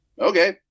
Okay